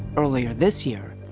earlier this year,